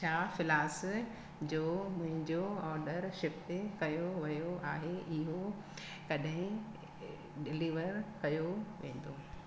छा फ्लास जो मुंहिंजो ऑडर शिप कयो वियो आहे इहो कॾहिं डिलीवर कयो वेंदो